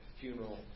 funeral